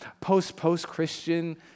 post-post-Christian